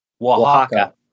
Oaxaca